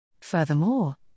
Furthermore